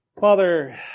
Father